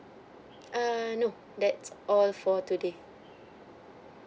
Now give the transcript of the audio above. err no that's all for today